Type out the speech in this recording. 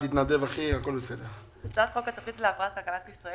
תיקון סעיף 2. בחוק התוכנית להבראת כלכלת ישראל